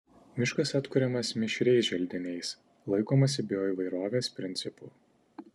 miškas atkuriamas mišriais želdiniais laikomasi bioįvairovės principų